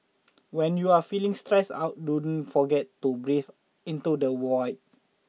when you are feeling stressed out don't forget to breathe into the void